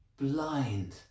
blind